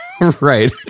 right